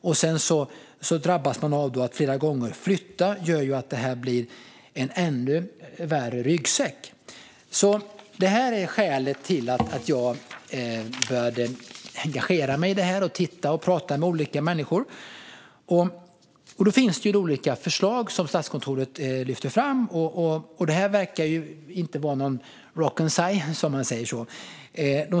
Om man sedan drabbas av att behöva flytta flera gånger leder det till att det blir en ännu tyngre ryggsäck. Det här är skälet till att jag började engagera mig i detta. Jag började titta på det, och jag började prata med olika människor. Det finns olika förslag som Statskontoret lyfter fram, och det verkar inte direkt vara rocket science, om man säger så.